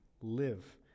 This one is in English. live